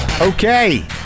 Okay